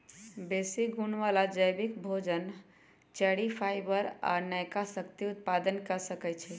बेशी गुण बला जैबिक भोजन, चरि, फाइबर आ नयका शक्ति उत्पादन क सकै छइ